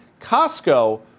Costco